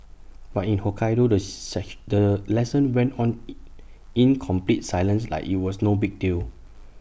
but in Hokkaido the the lesson went on E in complete silence like IT was no big deal